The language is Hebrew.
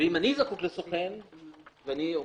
קודם